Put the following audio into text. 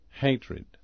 hatred